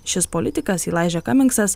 šis politikas ilaiža kamigsas